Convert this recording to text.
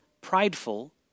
prideful